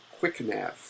QuickNav